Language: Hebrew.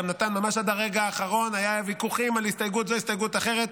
ממש עד הרגע האחרון היו ויכוחים על הסתייגות זו או הסתייגות אחרת,